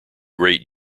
great